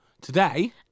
Today